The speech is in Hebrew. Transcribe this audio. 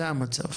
זה המצב.